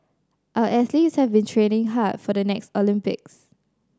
our athletes have been training hard for the next Olympics